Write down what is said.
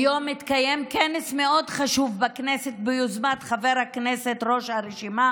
היום התקיים כנס מאוד חשוב בכנסת ביוזמת חבר הכנסת וראש הרשימה